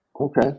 Okay